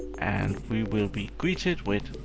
and we will be greeted with,